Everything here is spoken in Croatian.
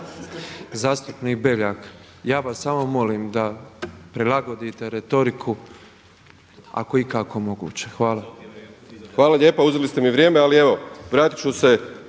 Zastupnik Beljak, ja vas samo molim da prilagodite retoriku ako je ikako moguće. Hvala./… **Beljak, Krešo (HSS)** Hvala lijepa. Uzeli ste mi vrijeme, ali evo vratit ću se